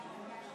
אינו נוכח אלי